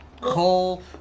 Cole